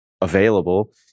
available